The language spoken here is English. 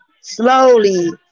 slowly